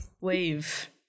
wave